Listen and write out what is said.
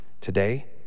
today